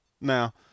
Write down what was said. Now